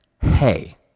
Hey